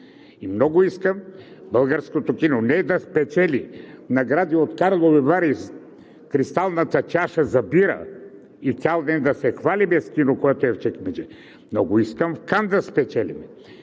и много искам българското кино не да спечели награди от Карлови Вари – кристалната чаша за бира и цял ден да се хвалим с кино, което е в чекмедже. Много искам в Кан да спечелим.